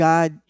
God